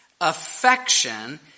affection